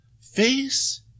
Face